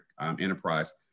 enterprise